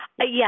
Yes